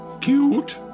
cute